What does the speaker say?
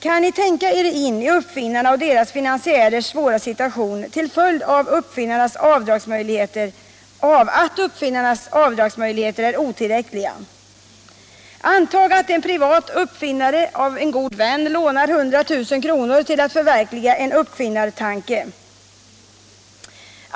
Kan ni tänka er in i uppfinnarnas och deras finansiärers svåra situation till följd av att uppfinnarnas avdragsmöjligheter är otillräckliga? Antag att en privat uppfinnare av en god vän lånar 100 000 kr. för att förverkliga en uppfinnartanke.